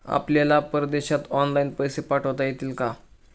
आपल्याला परदेशात ऑनलाइन पैसे पाठवता येतील का?